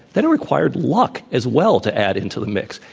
then it required luck as well to add into the mix.